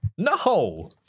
No